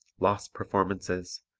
lost performances,